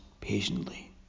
patiently